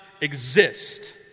exist